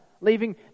leaving